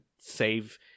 save